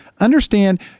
understand